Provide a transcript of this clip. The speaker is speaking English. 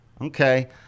Okay